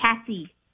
Cassie